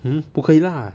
hmm 你不可以 lah